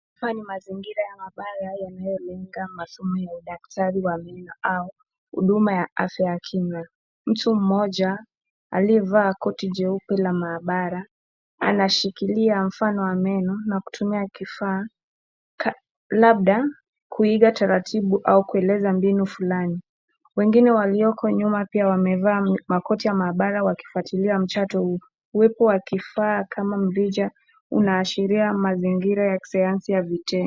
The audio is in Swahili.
Haya ni mazingira ya maabara yanayolenga masomo ya udaktari wa meno au huduma ya afya ya kinywa. Mtu mmoja, aliyevaa koti jeupe la maabara, anashikilia mfano wa meno na kutumia kifaa, labda kuiga taratibu au kueleza mbinu fulani. Wengine walioko nyuma pia wamevaa makoti ya maabara wakifuatilia mchato huo. Uwepo wa kifaa kama mrija unaashiria mazingira ya kisayansi ya viteni.